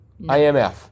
IMF